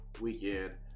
weekend